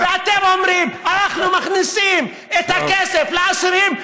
ואתם אומרים: אנחנו מכניסים את הכסף לאסירים.